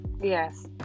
Yes